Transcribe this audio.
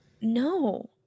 no